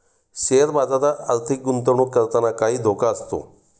share बाजारात आर्थिक गुंतवणूक करताना काही धोका असतो